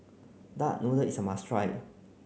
duck noodle is a must try